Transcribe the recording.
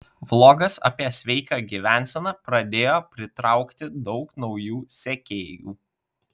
vlogas apie sveiką gyvenseną pradėjo pritraukti daug naujų sekėjų